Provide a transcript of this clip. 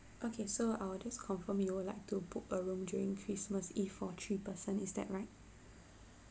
okay so I will just confirm you would like to book a room during christmas eve for three person is that right